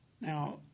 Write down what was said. Now